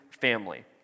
family